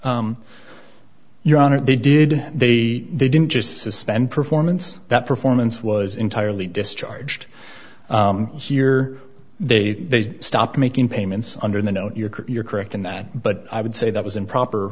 right your honor they did they they didn't just suspend performance that performance was entirely discharged here they stopped making payments under the note you're correct in that but i would say that was improper